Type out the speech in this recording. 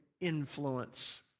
influence